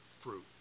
fruit